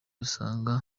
usanga